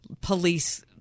police